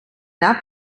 not